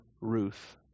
Ruth